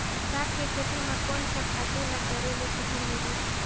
साग के खेती म कोन स खातु ल करेले सुघ्घर होही?